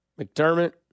McDermott